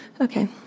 okay